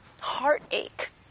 heartache